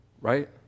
right